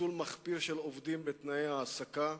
ניצול מחפיר של עובדים בתנאי ההעסקה,